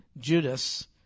Judas